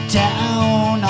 down